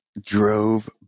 Drove